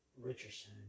Richardson